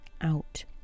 out